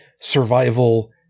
survival